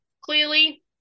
clearly